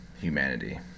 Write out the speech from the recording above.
humanity